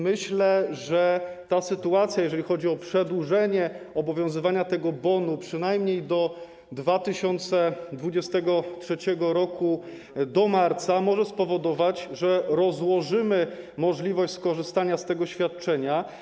Myślę, że ta sytuacja, jeżeli chodzi o przedłużenie obowiązywania tego bonu przynajmniej do 2023 r., do marca, może spowodować, że rozłożymy możliwość skorzystania z tego świadczenia.